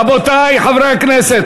רבותי חברי הכנסת,